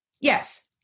Yes